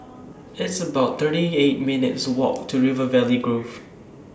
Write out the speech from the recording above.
It's about thirty eight minutes' Walk to River Valley Grove